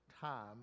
time